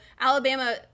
Alabama